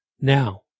Now